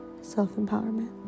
self-empowerment